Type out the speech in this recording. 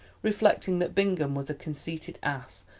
reflecting that bingham was a conceited ass,